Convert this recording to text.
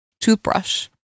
toothbrush